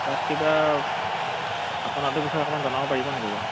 তাত কিবা ঘটনাটোৰ বিষয়ে অকণমান জনাব পাৰিব নেকি বাৰু